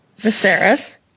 Viserys